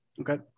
Okay